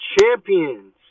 champions